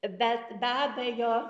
bet be abejo